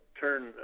turn